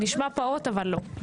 נשמע פעוט, אבל לא.